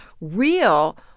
real